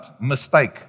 mistake